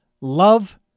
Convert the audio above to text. love